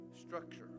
structure